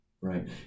Right